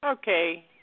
okay